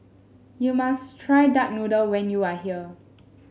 you must try Duck Noodle when you are here